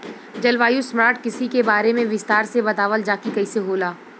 जलवायु स्मार्ट कृषि के बारे में विस्तार से बतावल जाकि कइसे होला?